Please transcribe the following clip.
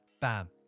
Bam